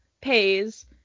pays